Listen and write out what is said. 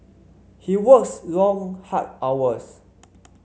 he works long hard hours